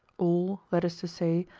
all, that is to say,